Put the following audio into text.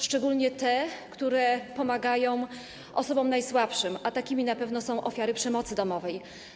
Szczególnie te, które pomagają osobom najsłabszym, a takimi na pewno są ofiary przemocy domowej.